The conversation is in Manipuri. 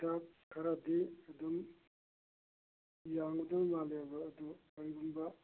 ꯍꯤꯗꯥꯛ ꯈꯔꯗꯤ ꯑꯗꯨꯝ ꯌꯥꯝꯒꯗꯧꯕ ꯃꯥꯜꯂꯦꯕ ꯑꯗꯨ ꯀꯔꯤꯒꯨꯝꯕ